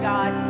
God